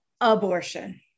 abortion